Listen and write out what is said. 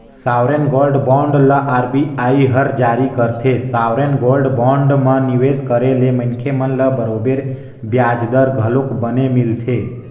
sovereign gold bond ल RBI हर जारी करथे, सॉवरेन गोल्ड बांड म निवेस करे ले मनखे मन ल बरोबर बियाज दर घलोक बने मिलथे